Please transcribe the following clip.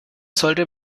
sollte